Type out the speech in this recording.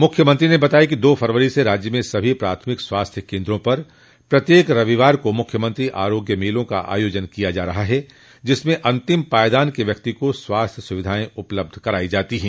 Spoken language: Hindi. मुख्यमंत्री ने बताया कि दो फरवरी से राज्य में सभी प्राथमिक स्वास्थ्य केन्द्रों पर प्रत्येक रविवार मुख्यमंत्री आरोग्य मलों का आयोजन किया जा रहा है जिसमें अंतिम पायदान के व्यक्ति को स्वास्थ्य सुविधाएं उपलब्ध कराई जाती हैं